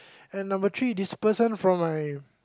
and number three this person from my